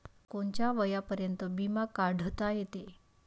कोनच्या वयापर्यंत बिमा काढता येते?